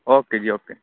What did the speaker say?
okay ji okay